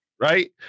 right